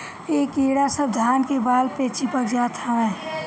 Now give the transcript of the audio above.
इ कीड़ा सब धान के बाल पे चिपक जात हवे